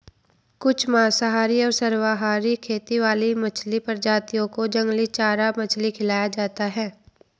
कुछ मांसाहारी और सर्वाहारी खेती वाली मछली प्रजातियों को जंगली चारा मछली खिलाया जाता है